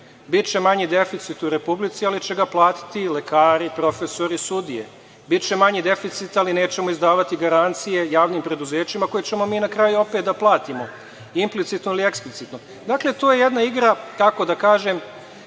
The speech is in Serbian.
Biće manji deficit u Republici, ali će ga platiti lekari, profesori, sudije. Biće manji deficit, ali nećemo izdavati garancije javnim preduzećima koje ćemo mi na kraju opet da platimo, implicitno ili eksplicitno. Dakle, to je jedna igra, da tako kažem,